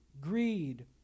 greed